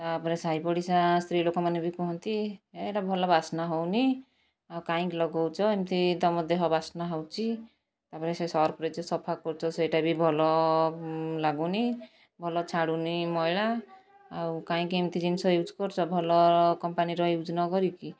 ତା'ପରେ ସାହି ପଡ଼ିଶା ସ୍ତ୍ରୀ ଲୋକମାନେ ବି କୁହନ୍ତି ହେ ଏଟା ଭଲ ବାସ୍ନା ହେଉନି ଆଉ କାହିଁକି ଲଗାଉଛ ଏମିତି ତୁମ ଦେହ ବାସ୍ନା ହେଉଛି ତା'ପରେ ସେ ସର୍ଫରେ ଯେ ସଫା କରୁଛ ସେଇଟା ବି ଭଲ ଲାଗୁନି ଭଲ ଛାଡ଼ୁନି ମଇଳା ଆଉ କାହିଁକି ଏମିତି ଜିନିଷ ୟୁଜ୍ କରୁଛ ଭଲ କମ୍ପାନୀର ୟୁଜ୍ ନ କରିକି